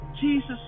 Jesus